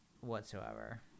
whatsoever